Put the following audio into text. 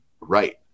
right